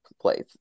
place